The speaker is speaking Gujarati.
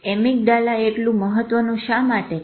એમીગડાલા એટલું મહત્વનું શા માટે છે